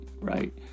right